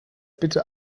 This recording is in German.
bitte